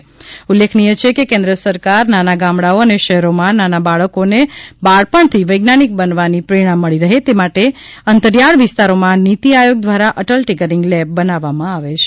અત્રે ઉલ્લેખનીય છે કે કેન્દ્ર સરકાર નાના ગામડાઓ અને શહેરોમાં નાના બાળકોને બાળપણથી વૈજ્ઞાનિક બનવાની પ્રેરણા મળી રહે તે માટે અંતરિયાળ વિસ્તારોમાં નીતી આયોગ દ્રારા અટલ ટિકરિંગ લેબ બનાવવામાં આવે છે